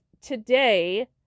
today